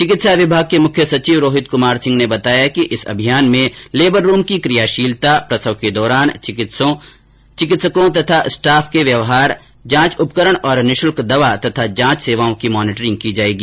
चिकित्सा विभाग के मुख्य सचिव रोहित कुमार सिंह ने बताया कि इस अभियान में लेबर रूम की क्रियाशीलता प्रसव के दौरान चिकित्सकों सहित स्टाफ के व्यवहार जांच उपकरण और निशुल्क दवा और जांच सेवाओं की मॉनिटरिंग की जायेगी